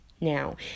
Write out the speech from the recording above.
now